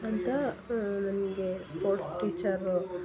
ಅಂತ ನನಗೆ sports teacher